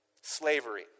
Slavery